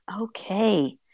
Okay